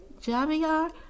Javier